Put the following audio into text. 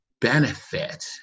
benefit